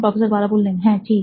professor Bala হ্যাঁ ঠিক